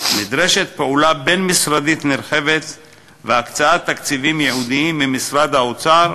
נדרשות פעולה בין-משרדית נרחבת והקצאת תקציבים ייעודיים ממשרד האוצר,